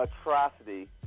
atrocity